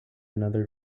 another